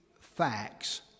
facts